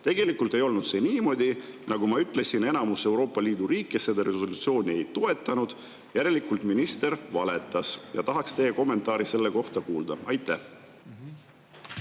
Tegelikult ei olnud see niimoodi. Nagu ma ütlesin, enamus Euroopa Liidu riike seda resolutsiooni ei toetanud. Järelikult minister valetas. Tahaks teie kommentaari selle kohta kuulda. Aitäh,